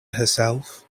herself